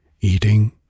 eating